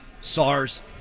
SARS